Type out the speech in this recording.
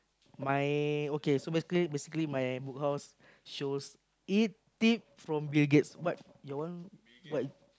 my okay so basically basically my Book House shows it tip from Bill-Gates what your one what